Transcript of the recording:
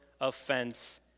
offense